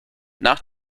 nach